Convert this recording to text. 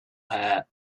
hair